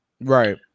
Right